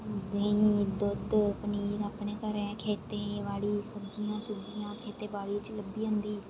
देहीं दुद्ध पनीर अपने घरै दा खेती बाड़ी सब्जी सुब्जियां खेती बाड़ी च लब्भी जंदी